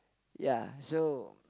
ya so